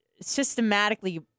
systematically